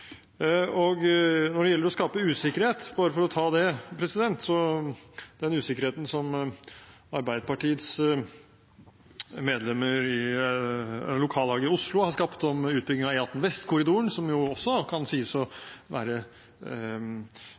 Når det gjelder å skape usikkerhet, bare for å ta det: Den usikkerheten som Arbeiderpartiets medlemmer i lokallaget i Oslo har skapt om utbyggingen av E18 Vestkorridoren, som jo også kan sies å være